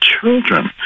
children